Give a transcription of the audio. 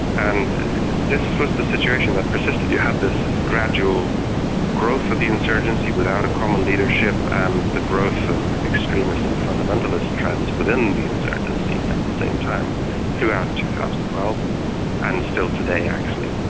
and this was the situation that persisted. you had this gradual growth of the insurgency without a common leadership, and the growth of extremist and fundamentalist trends within the insurgency at the same time throughout two thousand and and still today actually.